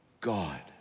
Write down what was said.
God